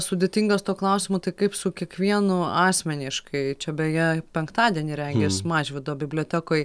sudėtinga su tuo klausimu tai kaip su kiekvienu asmeniškai čia beje penktadienį regis mažvydo bibliotekoj